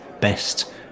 best